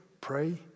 pray